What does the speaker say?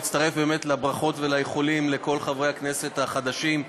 להצטרף באמת לברכות ולאיחולים לכל חברי הכנסת החדשים,